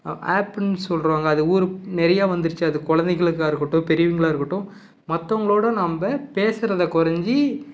ஆப்புன்னு சொல்கிறாங்க அது ஊர் நிறையா வந்துருச்சு அது குழந்தைளுக்கா இருக்கட்டும் பெரியவங்களா இருக்கட்டும் மற்றவங்களோட நம்ம பேசுகிறத குறைஞ்சி